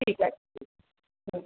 ঠিক আছে হুম